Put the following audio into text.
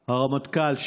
הרמטכ"ל,